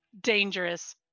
dangerous